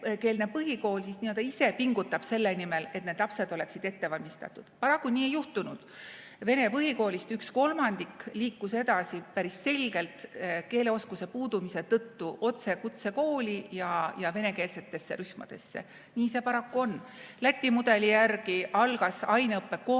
venekeelne põhikool ise pingutab selle nimel, et need lapsed oleksid ettevalmistatud. Paraku nii ei juhtunud. Vene põhikoolist üks kolmandik liikus edasi päris selgelt keeleoskuse puudumise tõttu otse kutsekooli ja venekeelsetesse rühmadesse. Nii see paraku on. Läti mudeli järgi algas aineõpe kohe